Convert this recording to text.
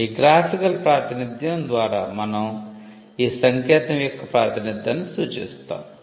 ఈ గ్రాఫికల్ ప్రాతినిధ్యం ద్వారా మనం ఈ సంకేతం యొక్క ప్రాతినిధ్యాన్ని సూచిస్తాము